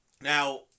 Now